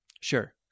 sure